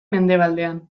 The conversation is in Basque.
mendebaldean